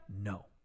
No